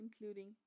including